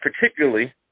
particularly